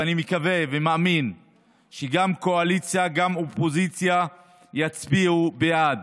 ואני מקווה ומאמין שגם הקואליציה וגם האופוזיציה יצביעו בעד.